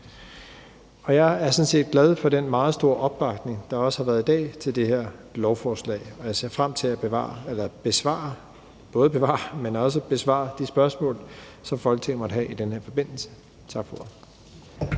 set glad for den meget stor opbakning, der også har været i dag, til det her lovforslag, og jeg ser frem til både at bevare, men også besvare de spørgsmål, som Folketinget måtte have i den her forbindelse. Tak for